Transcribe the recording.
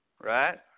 right